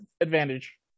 advantage